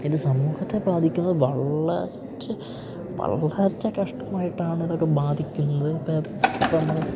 ഇത് സമൂഹത്തെ ബാധിക്കുന്നത് വളരെ വളരെഅധികം കഷ്ടമായിട്ടാണിതൊക്കെ ബാധിക്കുന്നത് ഇപ്പം ഇപ്പം നമ്മള്